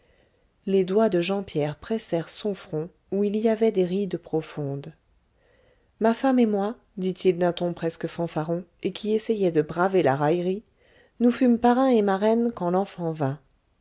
les doigts de jean pierre pressèrent son front où il y avait des rides profondes ma femme et moi dit-il d'un ton presque fanfaron et qui essayait de braver la raillerie nous fûmes parrain et marraine quand l'enfant vint